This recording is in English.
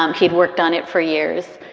um he'd worked on it for years.